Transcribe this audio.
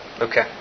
Okay